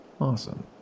Awesome